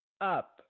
up